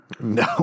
No